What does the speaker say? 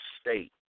state